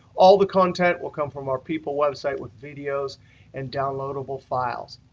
all the content will come from our people website with videos and downloadable files.